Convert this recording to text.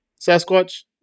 Sasquatch